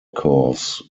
curves